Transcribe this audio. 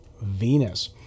Venus